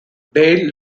dale